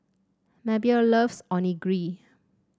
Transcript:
Mabelle loves Onigiri